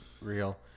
real